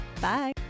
Bye